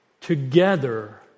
together